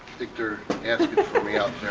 victor asked me out